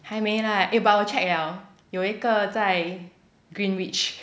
还没啦 eh but 我 check liao 有一个在 greenwich